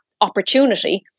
opportunity